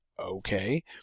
okay